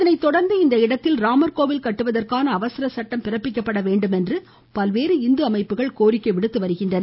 இதனைத் தொடர்ந்து இந்த இடத்தில் ராமர்கோவில் கட்டுவதற்கான அவசரச் சட்டம் பிறப்பிக்கப்பட வேண்டுமென்று பல்வேறு இந்து அமைப்புகள் கோரிக்கை விடுத்து வருகின்றன